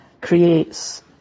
creates